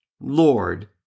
Lord